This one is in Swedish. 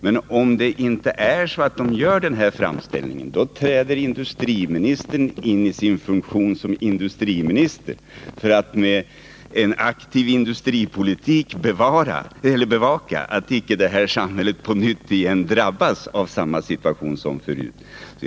Men om man inte gör den framställningen, träder då industriministern i sin funktion som industriminister in för att genom en aktiv industripolitik bevaka att det här samhället icke på nytt drabbas av samma situation som tidigare?